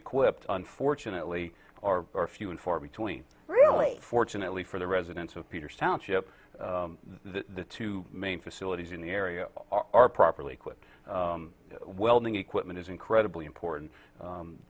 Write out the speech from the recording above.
equipped unfortunately are few and far between really fortunately for the residents of peter sound chip the two main facilities in the area are properly equipped welding equipment is incredibly important